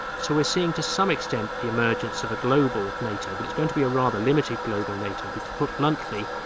so we're seeing to some extent the emergence of a global nato, but it's going to be a rather limited global nato because put bluntly,